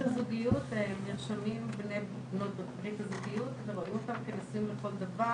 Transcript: הזוגיות הם נרשמים ורואים אותם כנשואים לכל דבר.